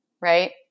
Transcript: right